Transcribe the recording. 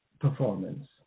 performance